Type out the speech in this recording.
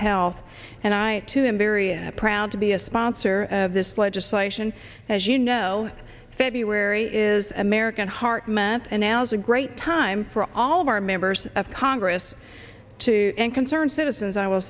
health and i too am very and proud to be a sponsor of this legislation as you know february is american heart met and now is a great time for all of our members of congress to and concerned citizens i will